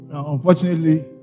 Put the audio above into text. Unfortunately